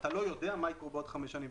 שאתה לא יודע מה יקרה בעוד חמש שנים.